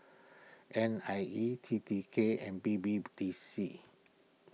N I E T T K and B B D C